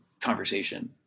conversation